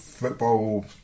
Football